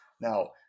Now